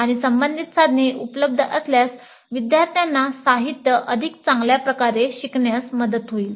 आणि संबंधित साधने उपलब्ध असल्यास विद्यार्थ्यांना साहित्य अधिक चांगल्या प्रकारे शिकण्यास मदत होईल